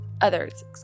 others